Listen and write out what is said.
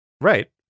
Right